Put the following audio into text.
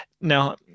Now